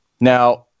now